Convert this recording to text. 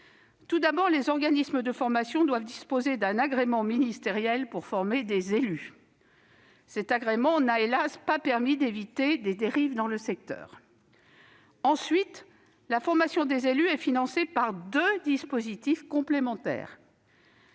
Tout d'abord, les organismes de formation doivent disposer d'un agrément ministériel pour former des élus. Cet agrément n'a, hélas, pas permis d'éviter des dérives dans le secteur. Ensuite, la formation des élus est financée par deux dispositifs complémentaires.